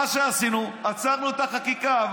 מה שעשינו הוא שעצרנו את החקיקה.